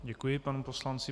Děkuji panu poslanci.